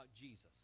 Jesus